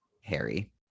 Harry